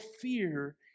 fear